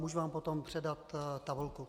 Můžu vám potom předat tabulku.